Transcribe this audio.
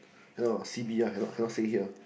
cannot ah C_B ah cannot cannot say here